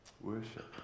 Worship